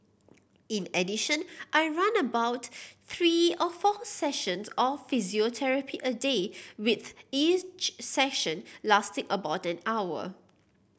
in addition I run about three or four sessions of physiotherapy a day with each session lasting about an hour